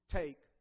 take